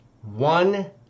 One